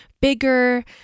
bigger